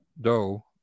dough